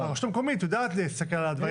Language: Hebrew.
הרשות המקומית יודעת להסתכל על הדברים